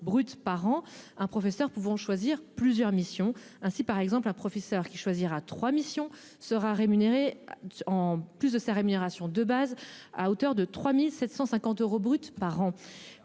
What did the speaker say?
brut par an, un professeur pouvons choisir plusieurs missions ainsi par exemple la professeur qui choisira trois missions sera rémunéré en plus de sa rémunération de base à hauteur de 3750 euros brut par an